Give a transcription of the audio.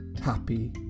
happy